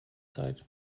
zeit